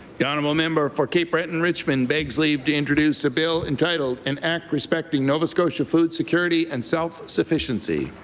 the honourable member for cape breton-richmond begs leave to introduce a bill entitled an act respecting nova scotia food security and self-sufficiency.